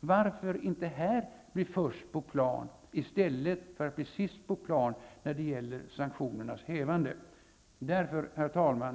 Varför inte här bli först på plan i stället för att bli sist på plan när det gäller sanktionernas hävande. Herr talman!